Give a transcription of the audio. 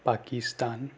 Pakistan